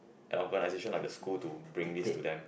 an organisation like a school to bring this to them